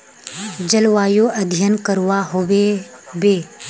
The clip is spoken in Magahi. जलवायु अध्यन करवा होबे बे?